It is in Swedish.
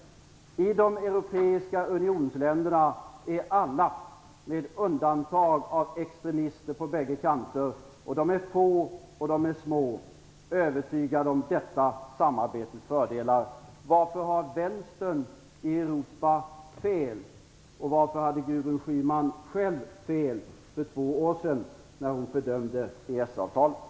I de europeiska unionsländerna är alla - med undantag av extremister på bägge kanter, som är få och små - övertygade om detta samarbetes fördelar. Varför har vänstern i Europa fel? Varför hade Gudrun Schyman själv fel för två år sedan när hon fördömde EES-avtalet?